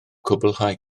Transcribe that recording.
cwblhau